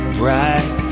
bright